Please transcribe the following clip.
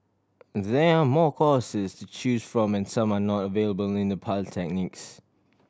there are more courses to choose from and some are not available in the polytechnics